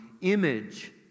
image